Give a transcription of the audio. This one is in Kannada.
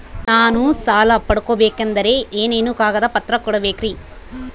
ನಾನು ಸಾಲ ಪಡಕೋಬೇಕಂದರೆ ಏನೇನು ಕಾಗದ ಪತ್ರ ಕೋಡಬೇಕ್ರಿ?